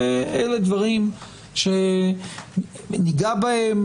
אלה דברים שניגע בהם,